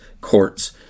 courts